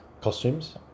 costumes